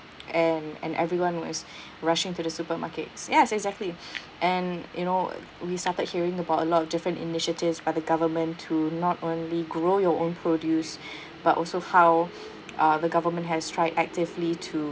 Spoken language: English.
and and everyone was rushing to the supermarkets yes exactly and you know uh we started hearing about a lot of different initiatives by the government to not only grow your own produce but also how uh the government has tried actively to